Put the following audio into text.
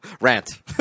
Rant